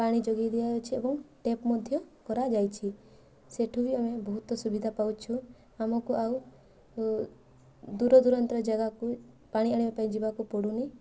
ପାଣି ଯୋଗାଇ ଦିଆଯାଉଛି ଏବଂ ଟ୍ୟାପ୍ ମଧ୍ୟ କରାଯାଇଛି ସେଠୁ ବି ଆମେ ବହୁତ ସୁବିଧା ପାଉଛୁ ଆମକୁ ଆଉ ଦୂର ଦୂରନ୍ତର ଜାଗାକୁ ପାଣି ଆଣିବା ପାଇଁ ଯିବାକୁ ପଡ଼ୁନି